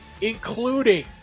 including